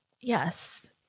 Yes